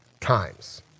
times